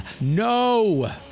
no